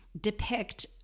depict